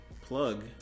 plug